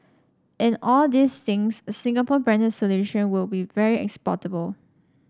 in all these things a Singapore branded solution will be very exportable